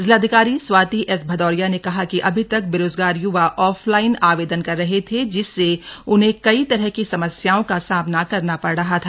जिलाधिकारी स्वाति एस भदौरिया ने कहा कि अभी तक बेरोजगार य्वा ऑफलाइन आवेदन कर रहे थे जिससे उन्हें कई तरह की समस्याओं का सामना करना पड़ रहा था